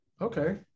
Okay